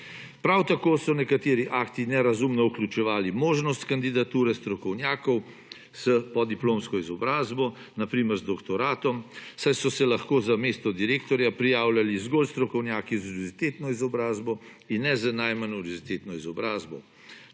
Prav tako so nekateri akti nerazumno vključevali možnost kandidature strokovnjakov s podiplomsko izobrazbo, na primer z doktoratom, saj so se lahko za mesto direktorja prijavljali zgolj strokovnjaki z univerzitetno izobrazbo in ne z najmanj univerzitetno izobrazbo.